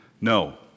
No